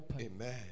Amen